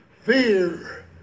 Fear